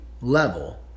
level